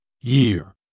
Year